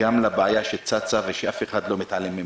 גם לבעיה שצצה ושאף אחד לא מתעלם ממנה.